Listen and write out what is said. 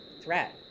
threat